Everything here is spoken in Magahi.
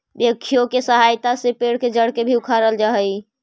बेक्हो के सहायता से पेड़ के जड़ के भी उखाड़ल जा हई